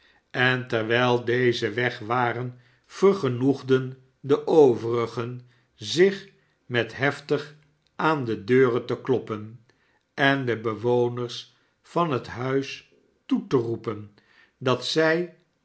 en terwijl deze weg waren vergenoegden de overigen zich met heftig aan de deuren te kloppen en de bewoners van het huis i oe te roepen dat zij